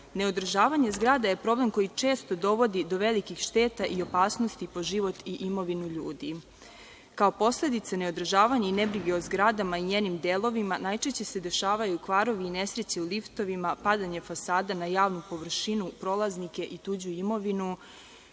zemljištu. Neodržavanje zgrada je problem koji često dovodi do velikih šteta i opasnosti po život i imovinu ljudi. Kao posledice neodržavanja i nebrige o zgradama i njenim delovima najčešće se dešavaju kvarovi i nesreće u liftovima, padanje fasada na javnu površinu, na prolaznike i tuđu imovinu,